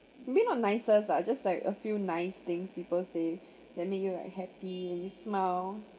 may not nicest ah just like a few nice things people say that make you like happy and you smile